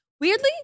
Weirdly